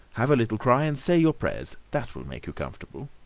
have a little cry and say your prayers that will make you comfortable.